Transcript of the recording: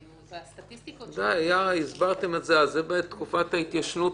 כל החישוב הזה זה בתקופת ההתיישנות,